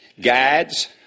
guides